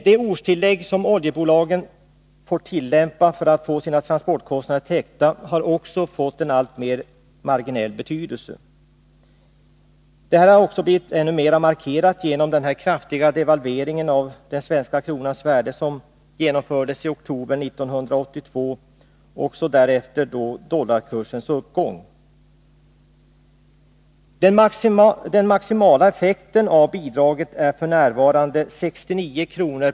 De ortstillägg som oljebolagen får tillämpa för att få sina transportkostnader täckta har fått en alltmer marginell betydelse. Detta har blivit ännu mer markerat genom den kraftiga devalveringen av den svenska kronans värde i oktober 1982 och genom dollarkursens uppgång. Den maximala effekten av bidraget är f. n. 69 kr.